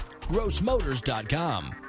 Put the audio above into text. GrossMotors.com